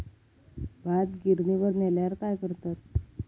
भात गिर्निवर नेल्यार काय करतत?